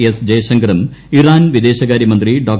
S ജയശങ്കറും Iran വിദേശകാര്യ മന്ത്രി ഡോ